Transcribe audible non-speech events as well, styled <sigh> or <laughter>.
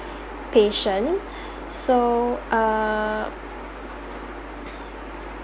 patient <breath> so err